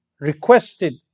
requested